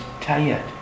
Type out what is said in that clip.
tired